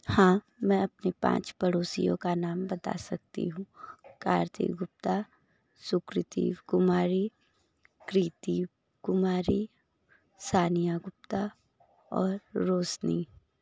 हाँ मैं अपनी पाँच पड़ोसियों का नाम बता सकती हूँ कार्तिक गुप्ता सुकृति कुमारी कृति कुमारी सानिया गुप्ता और रौशनी